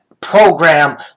program